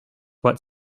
but